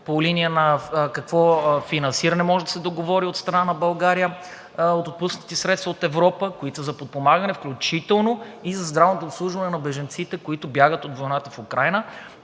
по линия какво финансиране може да се договори от страна на България от отпуснатите средства от Европа, които са за подпомагане, включително и за здравното обслужване на бежанците, които бягат от войната в Украйна.